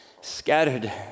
scattered